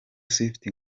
swift